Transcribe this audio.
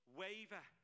waver